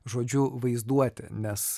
žodžiu vaizduotė nes